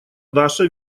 даша